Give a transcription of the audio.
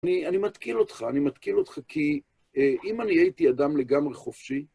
אני מתקיל אותך, אני מתקיל אותך כי אם אני הייתי אדם לגמרי חופשי...